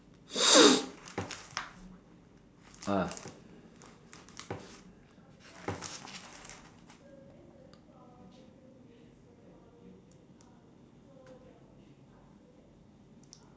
ah